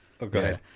okay